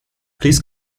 please